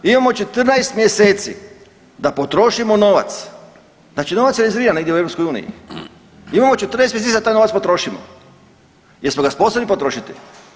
Imamo 14 mjeseci da potrošimo novac, znači novac je rezerviran negdje u EU, imamo 14 mjeseci da taj novac potrošimo, jesmo ga sposobni potrošiti?